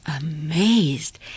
amazed